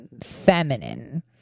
feminine